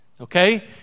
Okay